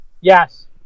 Yes